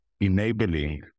enabling